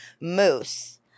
moose